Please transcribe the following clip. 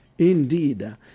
Indeed